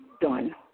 done